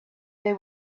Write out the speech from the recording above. they